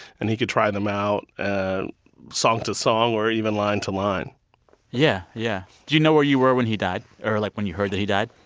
and he could try them out and song to song or even line to line yeah. yeah. do you know where you were when he died? or, like, when you heard that he died?